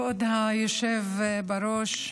כבוד היושב-ראש,